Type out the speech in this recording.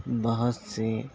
بہت سے